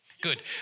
Good